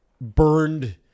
burned